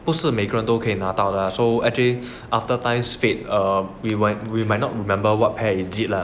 不是每个人都可以拿到 lah so actually after times fade err we might not remember what pair is it lah